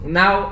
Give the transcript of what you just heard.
now